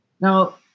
Now